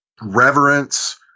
reverence